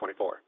24